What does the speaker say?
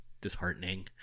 disheartening